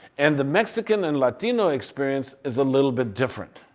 and the mexican and latino experience is a little bit different